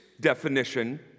definition